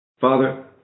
Father